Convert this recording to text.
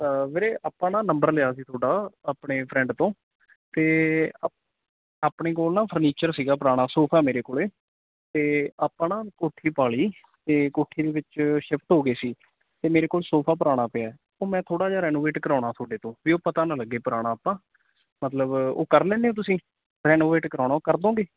ਵੀਰੇ ਆਪਾਂ ਨਾ ਨੰਬਰ ਲਿਆ ਸੀ ਤੁਹਾਡਾ ਆਪਣੇ ਫਰੈਂਡ ਤੋਂ ਅਤੇ ਅਪ ਆਪਣੇ ਕੋਲ ਨਾ ਫਰਨੀਚਰ ਸੀਗਾ ਪੁਰਾਣਾ ਸੋਫਾ ਮੇਰੇ ਕੋਲ ਅਤੇ ਆਪਾਂ ਨਾ ਕੋਠੀ ਪਾ ਲਈ ਅਤੇ ਕੋਠੀ ਦੇ ਵਿੱਚ ਸ਼ਿਫਟ ਹੋ ਗਏ ਸੀ ਅਤੇ ਮੇਰੇ ਕੋਲ ਸੋਫਾ ਪੁਰਾਣਾ ਪਿਆ ਉਹ ਮੈਂ ਥੋੜ੍ਹਾ ਜਿਹਾ ਰੈਨੋਵੇਟ ਕਰਾਉਣਾ ਤੁਹਾਡੇ ਤੋਂ ਵੀ ਉਹ ਪਤਾ ਨਾ ਲੱਗੇ ਪੁਰਾਣਾ ਆਪਾਂ ਮਤਲਬ ਉਹ ਕਰ ਲੈਂਦੇ ਹੋ ਤੁਸੀਂ ਰੈਨੋਵੇਟ ਕਰਾਉਣਾ ਉਹ ਕਰ ਦੋਂਗੇ